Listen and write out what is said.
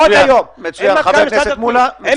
עוד היום תיפגשו עם מנכ"ל משרד הפנים ועם